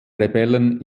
rebellen